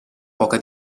poca